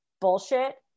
bullshit